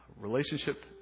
relationship